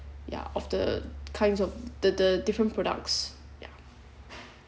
ya of the kinds of the the different products ya